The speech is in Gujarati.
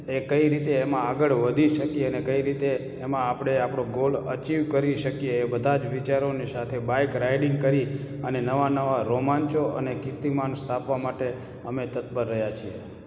કઈ રીતે એમાં આગળ વધી શકીએ અને કઈ રીતે એમાં આપણે આપણો ગોલ અચીવ કરી શકીએ એ બધા જ વિચારોની સાથે બાઇક રાઇડિંગ કરી અને નવા નવા રોમાંચો અને કીર્તિમાન સ્થાપવા માટે અમે તત્પર રહ્યા છીએ